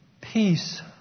peace